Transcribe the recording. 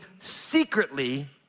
secretly